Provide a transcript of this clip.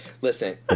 listen